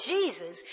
Jesus